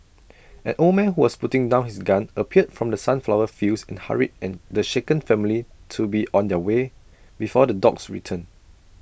an old man who was putting down his gun appeared from the sunflower fields and hurried and the shaken family to be on their way before the dogs return